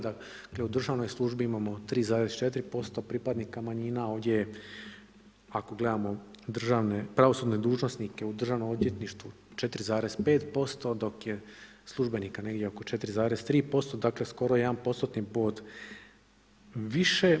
Dakle, u državnoj službi imamo 3,4% pripadnika manjina, a ovdje je, ako gledamo pravosudne dužnosnike u državnom odvjetništvu 4,5% dok je službenika negdje oko 4,3% dakle, skoro 1%-tni bod više.